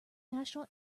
national